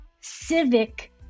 civic